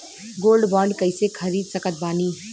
Gold bond कईसे खरीद सकत बानी?